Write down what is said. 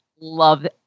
love